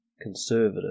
conservative